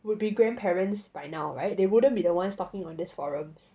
would be grandparents by now [right] they wouldn't be the ones talking on this forums